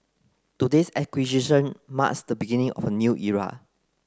today's acquisition marks the beginning of a new era